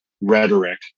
rhetoric